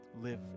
Live